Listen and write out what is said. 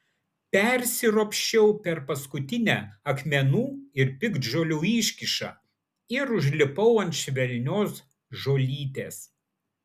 persiropščiau per paskutinę akmenų ir piktžolių iškyšą ir užlipau ant švelnios žolytės